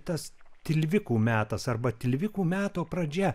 tas tilvikų metas arba tilvikų meto pradžia